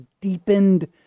deepened